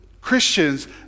Christians